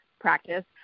practice